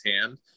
hand